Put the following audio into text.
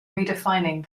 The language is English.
redefining